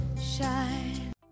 shine